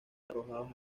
arrojados